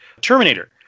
terminator